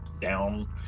down